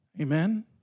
Amen